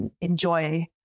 enjoy